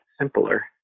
simpler